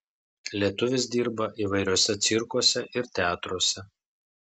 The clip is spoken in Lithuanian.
lietuvis dirba įvairiuose cirkuose ir teatruose